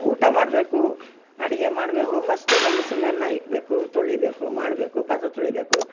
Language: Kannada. ಊಟ ಮಾಡಬೇಕು ಅಡುಗೆ ಮಾಡಬೇಕು ಫರ್ಸ್ಟು ಗಂಡ್ಸರ್ಗೆ ಅನ್ನ ಇಡ್ಬೇಕು ತೊಳಿಬೇಕು ಮಾಡಬೇಕು ಪಾತ್ರೆ ತೊಳಿಬೇಕು